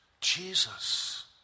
Jesus